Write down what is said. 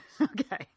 Okay